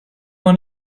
one